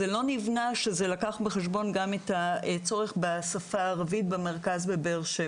זה לא נבנה כך שזה לקח בחשבון גם את הצורך בשפה הערבית במרכז בבאר-שבע,